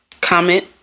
Comment